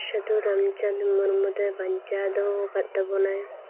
ᱥᱟᱹᱫᱷᱩ ᱨᱟᱢᱪᱟᱸᱫᱽ ᱢᱩᱨᱢᱩ ᱫᱚᱭ ᱵᱟᱧᱪᱟᱣ ᱫᱚᱦᱚ ᱟᱠᱟᱫ ᱛᱟᱵᱚᱱᱟᱭ